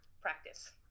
Practice